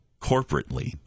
corporately